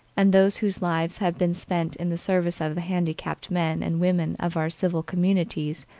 and those whose lives have been spent in the service of the handicapped men and women of our civil communities,